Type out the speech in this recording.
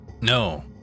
No